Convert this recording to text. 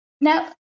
Now